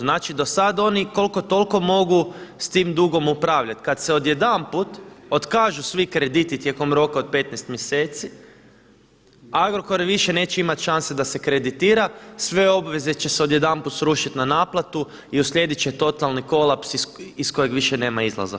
Znači do sada oni koliko toliko mogu s tim dugom upravljati, kada se odjedanput otkažu svi krediti tijekom roka od 15 mjeseci Agrokor više neće imati šanse da se kreditira, sve obveze će se odjedanput srušiti na naplatu i uslijedit će totalni kolaps iz kojeg više nema izlaza.